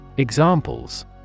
Examples